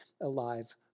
alive